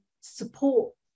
support